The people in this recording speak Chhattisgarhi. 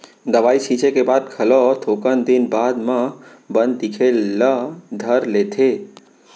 दवई छींचे के बाद घलो थोकन दिन बाद म बन दिखे ल धर लेथे